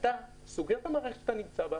אתה סוגר את המערכת שאתה נמצא בה.